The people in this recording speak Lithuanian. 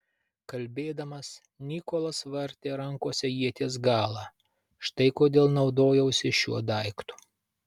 kalbėdamas nikolas vartė rankose ieties galą štai kodėl naudojausi šiuo daiktu